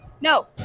No